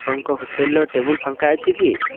ଆପଣଙ୍କ ହୋଟେଲ୍ର ଟେବୁଲ୍ ଫାଙ୍କା ଅଛି କି